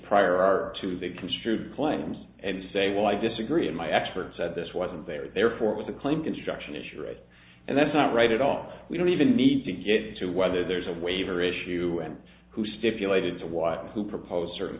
prior are to be construed claims and say well i disagree and my expert said this wasn't there therefore it was a claim construction a charade and that's not right at all we don't even need to get into whether there's a waiver issue and who stipulated to why and who proposed certain